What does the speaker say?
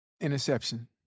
Interception